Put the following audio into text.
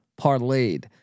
parlayed